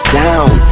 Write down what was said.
down